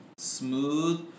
Smooth